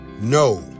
no